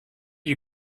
you